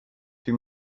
two